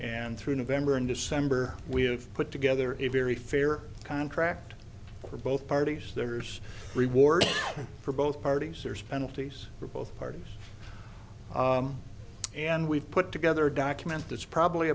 and through november and december we have put together a very fair contract for both parties there's rewards for both parties there's penalties for both parties and we've put together a document that's probably